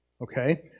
Okay